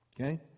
Okay